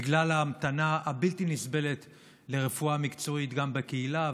בגלל ההמתנה הבלתי-נסבלת לרפואה מקצועית גם בקהילה,